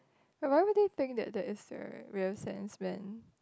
but why would they think that there is a real sense when